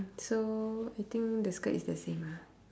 so I think the skirt is the same ah